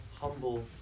Humble